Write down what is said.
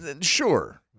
Sure